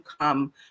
come